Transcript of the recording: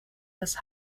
das